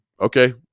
okay